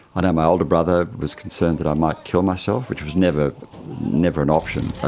know my older brother was concerned that i might kill myself, which was never never an option ah